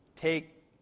take